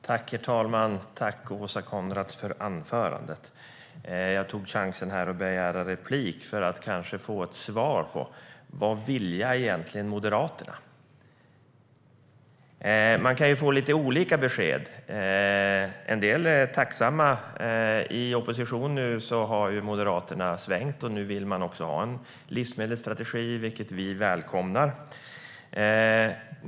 Herr talman! Tack för anförandet, Åsa Coenraads! Jag tog chansen att begära replik för att kanske få ett svar på frågan: Vad vilja egentligen Moderaterna? Man kan få lite olika besked. En del är tacksamma. I opposition har Moderaterna nu svängt och vill ha en livsmedelsstrategi, vilket vi välkomnar.